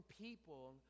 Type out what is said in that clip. people